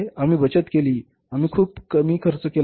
आम्ही बचत केली आम्ही कमी खर्च केला आहे